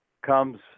comes